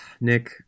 Nick